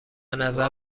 نظر